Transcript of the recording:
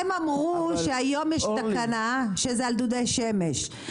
הם אמרו שהיום יש תקנה שזה על דודי שמש.